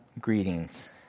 greetings